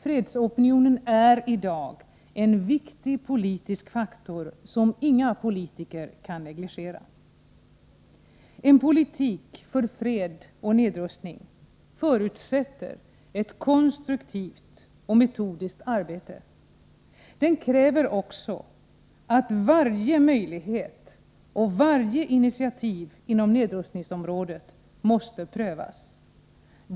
Fredsopinionen är i dag en viktig politisk faktor som inga politiker kan negligera. En politik för fred och nedrustning förutsätter ett konstruktivt och metodiskt arbete. Den kräver också att varje möjlighet och varje initiativ inom nedrustningsområdet måste prövas.